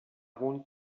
hohen